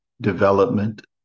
development